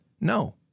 no